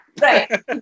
Right